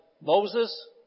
Moses